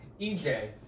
EJ